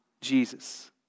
Jesus